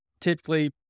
typically